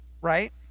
right